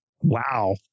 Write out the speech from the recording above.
Wow